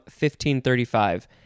1535